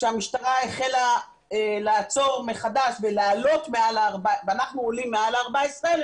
כשהמשטרה החלה לעצור מחדש ואנחנו עולים מעל ה-14,000